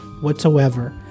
whatsoever